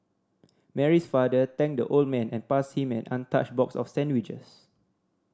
Mary's father thanked the old man and passed him an untouched box of sandwiches